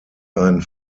ein